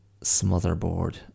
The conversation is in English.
Smotherboard